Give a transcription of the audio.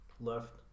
left